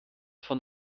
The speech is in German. von